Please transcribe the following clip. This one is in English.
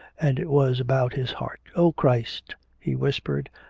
and it was about his heart. o christ he whispered,